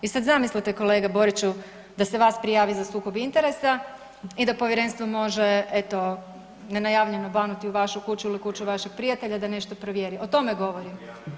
I sad zamislite kolega Boriću da se vas prijavi za sukob interesa i da povjerenstvo može eto nenajavljeno banuti u vašu kuću ili u kuću vašeg prijatelja da nešto provjeri, o tome govorim.